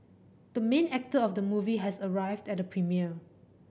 the main actor of the movie has arrived at the premiere